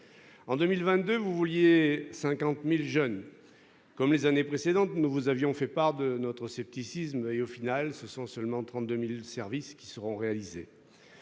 En 2022, vous vouliez 50.000 jeunes. Comme les années précédentes. Nous vous avions fait part de notre scepticisme et au final ce sont seulement 32.000 services qui seront réalisés.